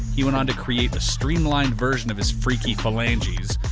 he went on to create a streamlined version of his freaky phalanges,